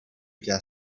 get